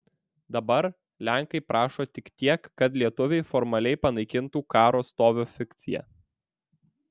dabar lenkai prašo tik tiek kad lietuviai formaliai panaikintų karo stovio fikciją